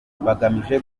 bagamije